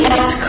Act